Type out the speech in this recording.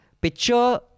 picture